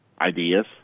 ideas